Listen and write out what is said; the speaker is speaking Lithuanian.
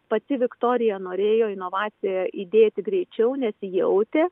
pati viktorija norėjo inovaciją įdėti greičiau nes ji jautė